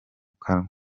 kanwa